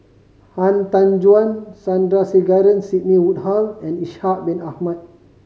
Han Tan Juan Sandrasegaran Sidney Woodhull and Ishak Bin Ahmad